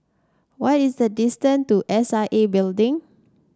what is the distance to S I A Building